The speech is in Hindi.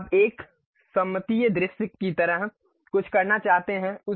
अब आप एक सममितीय दृश्य की तरह कुछ करना चाहते हैं